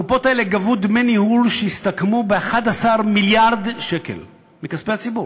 הקופות האלה גבו דמי ניהול שהסתכמו ב-11 מיליארד שקל מכספי הציבור.